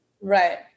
Right